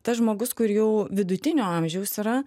tas žmogus kur jau vidutinio amžiaus yra